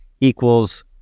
equals